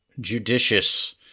judicious